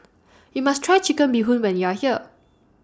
YOU must Try Chicken Bee Hoon when YOU Are here